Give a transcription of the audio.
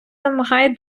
вимагає